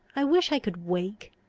i wish i could wake,